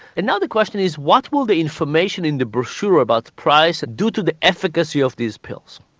and now the question is what will the information in the brochure about the price do to the efficacy of these pills.